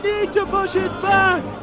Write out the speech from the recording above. to push it back!